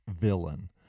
Villain